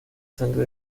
sangre